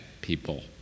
people